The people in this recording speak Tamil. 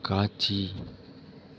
காட்சி